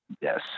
Yes